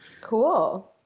Cool